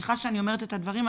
סליחה שאני אומרת את הדברים.